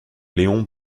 léon